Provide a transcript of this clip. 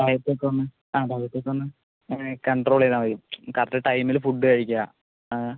ആ എത്തിക്കും ആ ഭാഗത്തേക്ക് ഒന്ന് അങ്ങനെ കോൺട്രോൾ ചെയ്താൽ മതി കറക്റ്റ് ടൈമിൽ ഫുഡ് കഴിക്കുക ആ